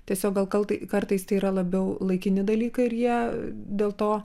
tiesiog gal kalta kartais tai yra labiau laikini dalykai ir jie dėl to